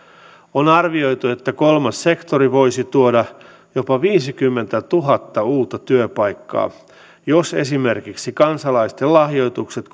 on arvioitu että kolmas sektori voisi tuoda jopa viisikymmentätuhatta uutta työpaikkaa jos esimerkiksi kansalaisten lahjoitukset